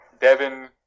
Devin